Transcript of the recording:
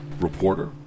Reporter